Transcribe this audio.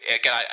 again